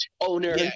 owner